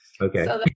Okay